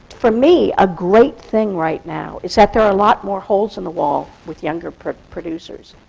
for me, a great thing right now is that there are a lot more holes-in-the-wall with younger producers,